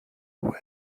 were